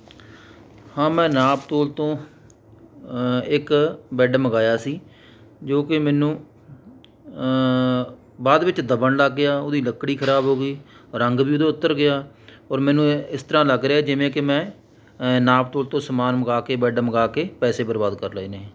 ਹਾਂ ਮੈਂ ਨਾਪਤੋਲ ਤੋਂ ਇੱਕ ਬੈੱਡ ਮੰਗਵਾਇਆ ਸੀ ਜੋ ਕਿ ਮੈਨੂੰ ਬਾਅਦ ਵਿੱਚ ਦੱਬਣ ਲੱਗ ਗਿਆ ਉਹਦੀ ਲੱਕੜੀ ਖ਼ਰਾਬ ਹੋ ਗਈ ਰੰਗ ਵੀ ਉਹਦਾ ਉਤਰ ਗਿਆ ਔਰ ਮੈਨੂੰ ਇ ਇਸ ਤਰ੍ਹਾਂ ਲੱਗ ਰਿਹਾ ਜਿਵੇਂ ਕਿ ਮੈਂ ਨਾਪਤੋਲ ਤੋਂ ਸਾਮਾਨ ਮੰਗਵਾ ਕੇ ਬੈੱਡ ਮੰਗਵਾ ਕੇ ਪੈਸੇ ਬਰਬਾਦ ਕਰ ਲਏ ਨੇ